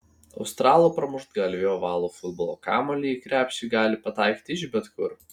australų pramuštgalviai ovalų futbolo kamuolį į krepšį gali pataikyti iš bet kur